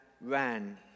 ran